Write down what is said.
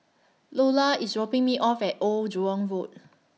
Lulla IS dropping Me off At Old Jurong Road